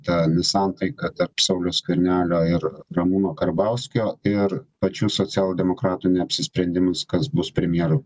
ta nesantaika tarp sauliaus skvernelio ir ramūno karbauskio ir pačių socialdemokratų neapsisprendimas kas bus premjeru